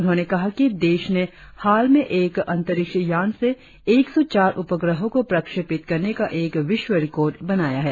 उन्होंने कहा कि देश ने हाल में एक अंतरिक्ष यान से एक सौ चार उपग्रहों को प्रक्षेपित करने का एक विश्व रिकॉर्ड बनाया है